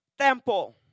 temple